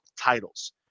titles